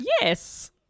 yes